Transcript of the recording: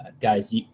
guys